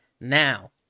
Now